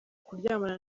kuryamana